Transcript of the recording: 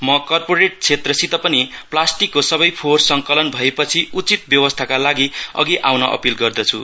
म कर्पोरेट क्षेत्रसित पनि प्लास्टिकको सबै फोहोर संकलन भएपछि उचित व्यवस्थाका लागि अघि आउन अपील गर्दछु